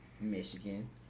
Michigan